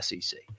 SEC